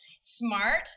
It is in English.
smart